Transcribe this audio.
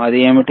అది ఏమిటి